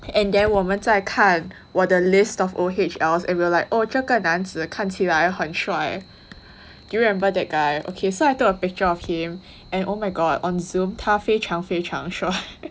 and then 我们在看我的 list of O_H_L and we were like oh 这个男子看起来很帅 do you remember that guy okay so I took a picture of him and oh my god on Zoom 他非常非常帅